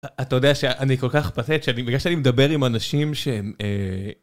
אתה יודע שאני כל כך פאתט שבגלל שאני מדבר עם אנשים שהם...